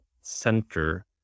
center